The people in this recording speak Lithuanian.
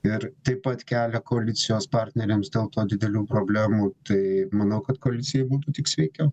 ir taip pat kelia koalicijos partneriams dėl to didelių problemų tai manau kad koalicijai būtų tik sveikiau